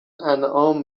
انعام